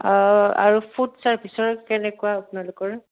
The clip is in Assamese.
আৰু ফুড চাৰ্ভিচৰ কেনেকুৱা আপোনালোকৰ